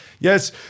yes